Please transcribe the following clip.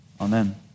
amen